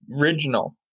original